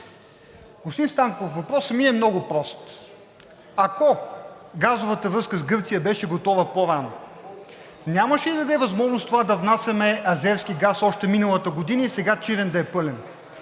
Господин Станков, въпросът ми е много прост: ако газовата връзка с Гърция беше готова по-рано, нямаше ли да даде възможност това да внасяме азерски газ още миналата година и сега „Чирен“ да е пълен?